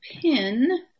pin